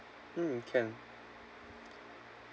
mm can